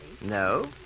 No